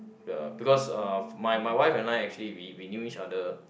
uh because uh my my wife and I actually we we knew each other